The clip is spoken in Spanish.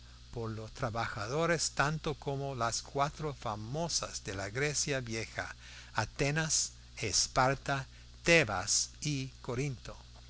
por lo trabajadoras tanto como las cuatro famosas de la grecia vieja atenas esparta tebas y corinto y